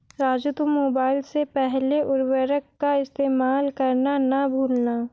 राजू तुम मोबाइल से पहले उर्वरक का इस्तेमाल करना ना भूलना